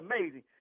amazing